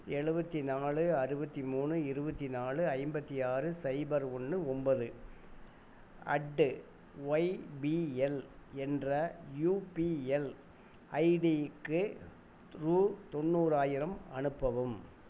எழுபத்தினாலு அறுபத்தி மூணு இருபத்தி நாலு ஐம்பத்து ஆறு சைபர் ஒன்று ஒன்பது அட் ஒய்பிஎல் என்ற யுபிஎல் ஐடிக்கு ரூ தொண்ணூறாயிரம் அனுப்பவும்